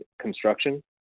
construction